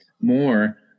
more